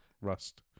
Rust